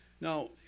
Now